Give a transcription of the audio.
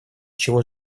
чего